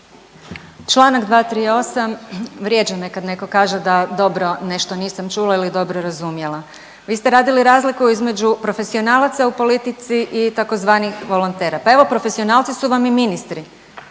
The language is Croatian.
Članak 238. vrijeđa me kad netko kaže da dobro nešto nisam čula ili dobro razumjela. Vi ste radili razliku između profesionalaca u politici i tzv. volontera. Pa evo profesionalci su vam i ministri.